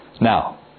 Now